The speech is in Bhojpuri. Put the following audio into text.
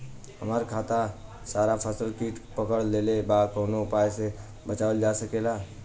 हमर सारा फसल पर कीट पकड़ लेले बा कवनो उपाय से बचावल जा सकेला?